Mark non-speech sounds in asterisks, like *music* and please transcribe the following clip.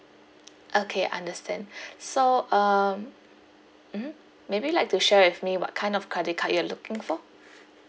*noise* okay understand so um mmhmm maybe you'd like to share with me what kind of credit card you're looking for